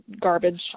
garbage